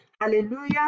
Hallelujah